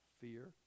fear